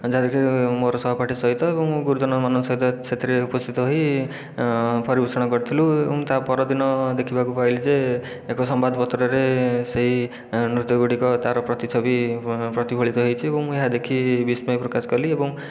ଯେଉଁଠାରେ କି ମୋର ସହପାଠି ସହିତ ଏବଂ ଗୁରୁଜନ ମାନଙ୍କ ସହିତ ସେଥିରେ ଉପସ୍ଥିତ ହୋଇ ପରିବେଷଣ କରିଥିଲୁ ଏବଂ ତା ପରଦିନ ଦେଖିବାକୁ ପାଇଲୁ ଯେ ଏକ ସମ୍ବାଦ ପତ୍ରରେ ସେହି ନୃତ୍ୟ ଗୁଡ଼ିକ ତାହାର ପ୍ରତିଛବି ପ୍ରତିଫଳିତ ହେଇଛି ଏବଂ ଏହା ଦେଖି ବିସ୍ମୟ ପ୍ରକାଶ କଲି ଏବଂ